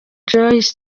joss